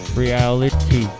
reality